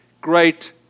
great